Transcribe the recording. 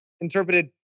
interpreted